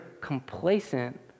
complacent